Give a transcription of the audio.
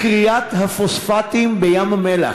כריית הפוספטים בים-המלח,